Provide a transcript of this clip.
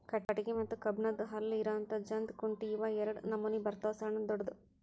ಕಟಗಿ ಮತ್ತ ಕಬ್ಬನ್ದ್ ಹಲ್ಲ ಇರು ಜಂತ್ ಕುಂಟಿ ಇವ ಎರಡ ನಮೋನಿ ಬರ್ತಾವ ಸಣ್ಣು ದೊಡ್ಡು